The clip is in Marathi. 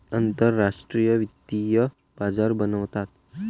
आंतरराष्ट्रीय वित्तीय बाजार बनवतात